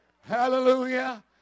Hallelujah